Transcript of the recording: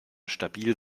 stabil